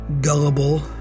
gullible